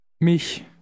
Mich